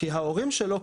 כי ההורים שלו,